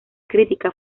crítica